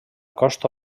costa